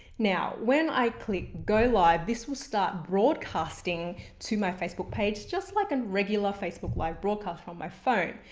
now, when i click go live this will start broadcasting to my facebook page just like a regular facebook live broadcast from my phone.